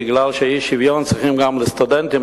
בגלל אי-שוויון צריכים לתת גם לסטודנטים,